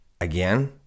again